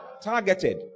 Targeted